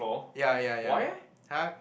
ya ya ya [huh]